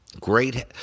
Great